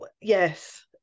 yes